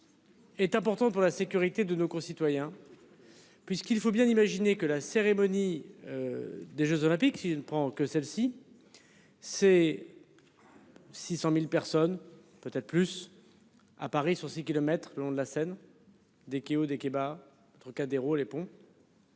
Est importante pour la sécurité de nos concitoyens. Puisqu'il faut bien imaginer que la cérémonie. Des Jeux olympiques, si je ne prends que celle-ci. C'est. 600.000 personnes peut-être plus. À Paris, sur 6 kilomètres le long de la Seine. Des kilos de Chebba Trocadéro les ponts.